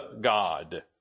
God